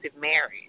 marriage